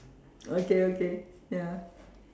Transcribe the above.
okay okay ya